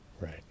right